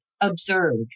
observed